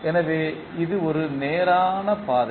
எனவே இது ஒரு நேரான பாதை